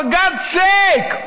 for God's sake,